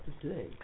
today